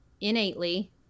innately